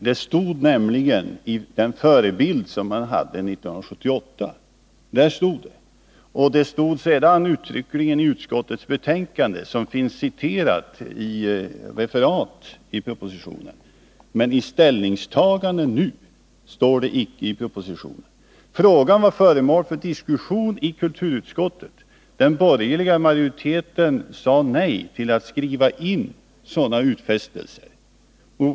Det stod nämligen i den förebild man hade från 1978, och det stod sedan uttryckligen i utskottets betänkande den gången det refererades i propositionen. Men denna gång står det icke i propositionen om detta ställningstagande. Frågan var föremål för diskussion i kulturutskottet. Den borgerliga majoriteten sade nej till att skriva in sådana utfästelser.